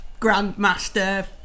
grandmaster